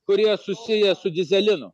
kurie susiję su dyzelinu